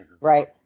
Right